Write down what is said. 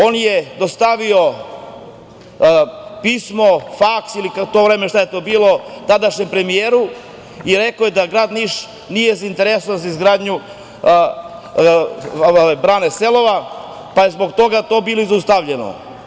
On je dostavio pismo, faks, ne znam šta je bilo sad u tom vremenu tadašnjem premijeru, i rekao je da grad Niš nije zainteresovan za izgradnju brane „Selova“, pa je zbog toga to bilo i zaustavljeno.